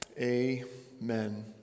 Amen